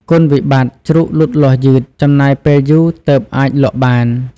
គុណវិបត្តិជ្រូកលូតលាស់យឺត ចំណាយពេលយូរទើបអាចលក់បាន។